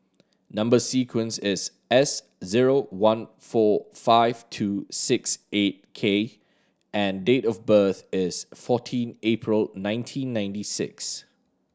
number sequence is S zero one four five two six eight K and date of birth is fourteen April nineteen ninety six